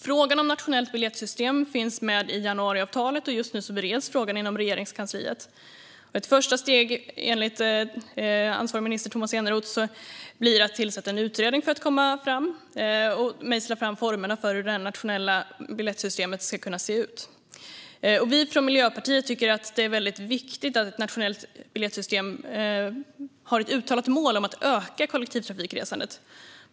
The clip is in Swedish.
Frågan om ett nationellt biljettsystem finns med i januariavtalet och bereds just nu i Regeringskansliet. Ett första steg blir enligt ansvarig minister Tomas Eneroth att tillsätta en utredning för att mejsla fram formerna för ett nationellt biljettsystem. För Miljöpartiet är det viktigt att ett uttalat mål med ett nationellt biljettsystem är att öka kollektivtrafikresandet.